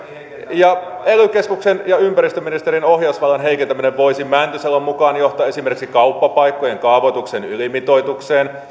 ely keskuksen ja ympäristöministeriön ohjausvallan heikentäminen voisi mäntysalon mukaan johtaa esimerkiksi kauppapaikkojen kaavoituksen ylimitoitukseen